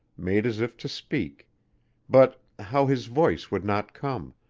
made as if to speak but how his voice would not come,